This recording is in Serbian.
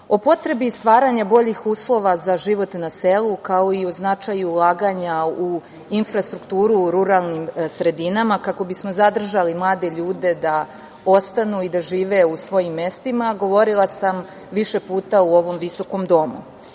o potrebi stvaranja boljih uslova za život na selu, kao i o značaju ulaganja u infrastrukturu u ruralnim sredinama kako bismo zadržali mlade ljude da ostanu i da žive u svojim mestima govorila sam više puta u ovom viskom Domu.S